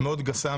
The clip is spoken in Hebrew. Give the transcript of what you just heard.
מאוד גסה,